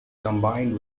combined